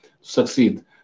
succeed